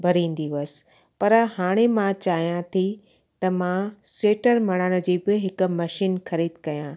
भरींदी हुअसि पर हाणे मां चाहियां थी त मां सेटर मणण जी बि हिकु मशीन ख़रीद कयां